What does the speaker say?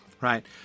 right